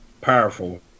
powerful